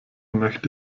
möchte